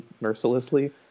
mercilessly